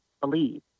believe